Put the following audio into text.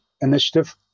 Initiative